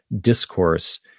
discourse